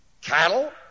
Cattle